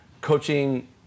coaching